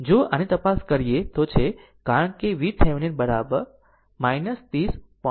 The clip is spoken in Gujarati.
જો આની તપાસ કરીએ તો તે છે કારણ કે VThevenin 30